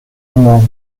monde